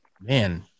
man